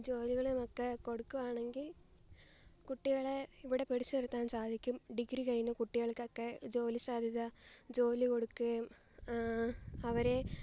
ജോലികളും ഒക്കെ കൊടുക്കുകയാണെങ്കിൽ കുട്ടികളേ ഇവിടെ പിടിച്ചുനിർത്താൻ സാധിക്കും ഡിഗ്രി കഴിഞ്ഞാൽ കുട്ടികൾക്കൊക്കെ ജോലി സാദ്ധ്യത ജോലി കൊടുക്കുകയും അവരേ